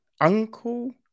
Uncle